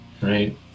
right